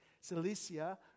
Cilicia